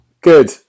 Good